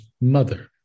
mother